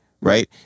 Right